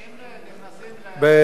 אם נכנסים לשטח צבאי,